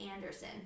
Anderson